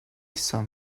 some